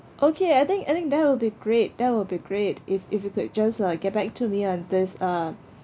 okay I think I think that will be great that will be great if if you could just uh get back to me on this uh